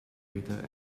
greater